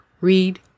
read